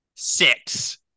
Six